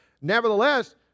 Nevertheless